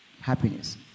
Happiness